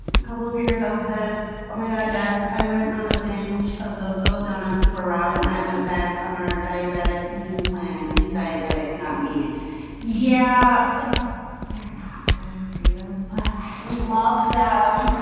a couple of papers also said oh my god does i went on a binge of those little doughnuts before robin i went back on our diabetic eating plan. he's diabetic not me yeah ah they're not good for you but and loves them